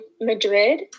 Madrid